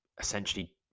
essentially